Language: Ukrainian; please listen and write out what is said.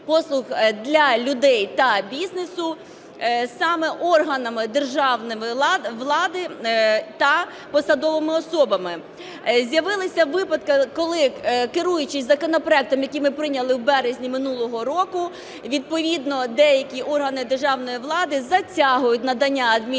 послуг для людей та бізнесу саме органами державної влади та посадовими особами. З'явилися випадки, коли, керуючись законопроектом, який ми прийняли у березні минулого року, відповідно деякі органи державної влади затягують надання адмінпослуг,